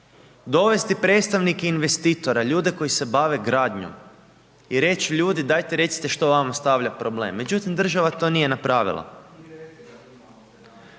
dovesti predstavnike investitora ljude koji se bave gradnjom i reći ljudi, dajte recite što vama predstavlja problem, međutim, država to nije napravila.